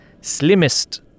slimmest